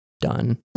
done